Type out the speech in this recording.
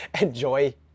enjoy